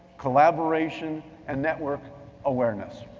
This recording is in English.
collaboration, and network awareness.